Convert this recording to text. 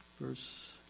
Verse